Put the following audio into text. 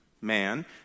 man